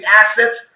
assets